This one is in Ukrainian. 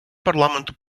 парламенту